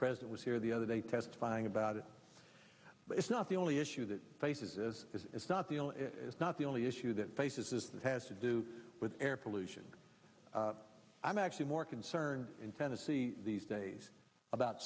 president was here the other day testifying about it but it's not the only issue that faces this is not the it is not the only issue that faces this has to do with air pollution i'm actually more concerned in tennessee these days about